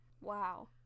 Wow